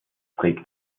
trägt